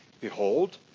behold